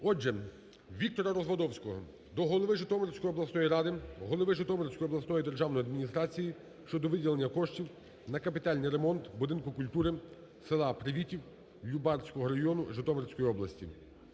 Отже, Віктора Развадовсього до голови Житомирської обласної ради, голови Житомирської обласної державної адміністрації щодо виділення коштів на капітальний ремонт Будинку культури села Привітів Любарського району Житомирської області.